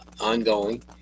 ongoing